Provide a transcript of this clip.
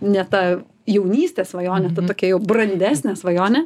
ne tą jaunystės svajonę tą tokią jau brandesnę svajonę